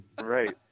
Right